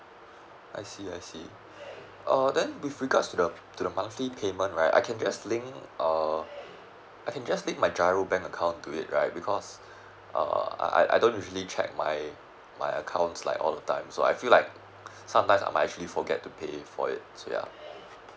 I see I see uh then with regards to the to the monthly payment right I can just link uh I can just link my GIRO bank account to it right because err I I don't really check my my accounts like all the time so I feel like sometimes I might actually forget to pay for it so ya